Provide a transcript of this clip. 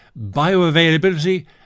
bioavailability